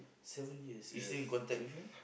seven years you still in contact with him